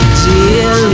dear